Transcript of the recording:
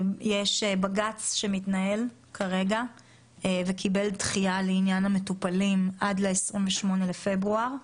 יש בג"ץ שמתנהל כרגע וקיבל דחייה לעניין המטופלים עד ל-28 בפברואר.